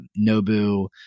nobu